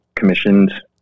Commissioned